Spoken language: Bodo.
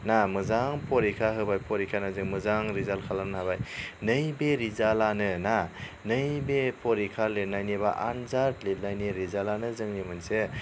ना मोजां फरिखा होबाय फरिखा होना जों मोजां रिजाल्ट खालामनो हाबाय नैबे रिजाल्टआनो ना नैबे फरिखा लिरनायनि बा आन्जाद लिरनायनि रिजाल्टआनो जोंनि मोनसे